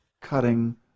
cutting